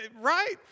Right